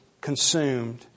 consumed